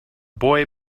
boy